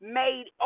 made